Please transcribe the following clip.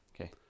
Okay